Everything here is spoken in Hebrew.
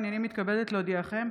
הינני מתכבדת להודיעכם,